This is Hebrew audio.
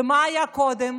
ומה היה קודם?